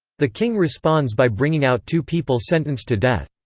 the king responds by bringing out two people sentenced to death.